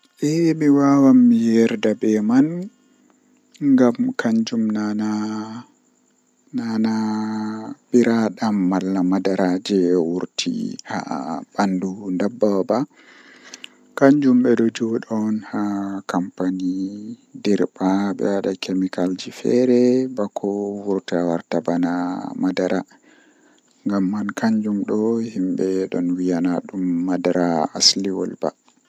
Nomi wadirta cake kam arandeere mi heban flawa mi wada kala ko handi fuu haander mi lawa milaawa flawa man mi acca dum uppa to uppi mi wada kala ko mi mari haaje fuu haander nden mi wada dum haa nder hiite malla oven mi acca dum uppa masin sei to warti no mi mari haaje nden mi itta.